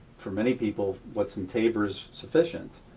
for many people what's in taber is sufficient.